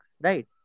right